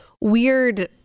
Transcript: weird